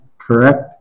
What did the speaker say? correct